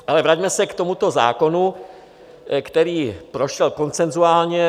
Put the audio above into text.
Ale vraťme se k tomuto zákonu, který prošel konsenzuálně.